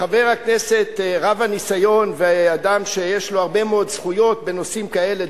חבר הכנסת רב הניסיון ואדם שיש לו הרבה מאוד זכויות בנושאים כאלה,